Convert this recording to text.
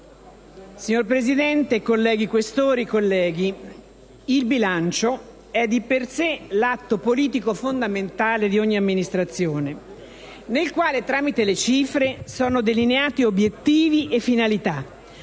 Signor Presidente, colleghi senatori Questori, colleghi, il bilancio è di per sé l'atto politico fondamentale di ogni Amministrazione, nel quale, tramite le cifre, sono delineati obiettivi e finalità,